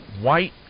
white